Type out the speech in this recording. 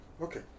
Okay